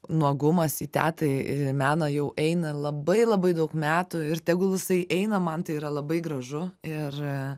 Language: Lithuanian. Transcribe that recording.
nuogumas į teatrą ir į meną jau eina labai labai daug metų ir tegul jisai eina man tai yra labai gražu ir